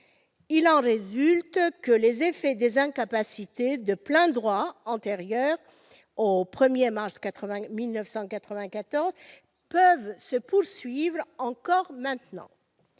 Il en découle que les effets des incapacités de plein droit antérieures au 1 mars 1994 peuvent se poursuivre encore aujourd'hui.